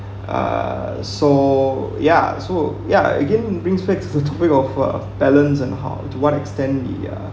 uh so ya so ya again it brings back to the topic of uh balance and how to what extent it uh